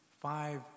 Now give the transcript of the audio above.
Five